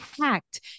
hacked